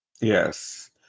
Yes